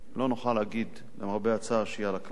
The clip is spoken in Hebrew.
לא נוכל להגיד, למרבה הצער, שהיא הכלל.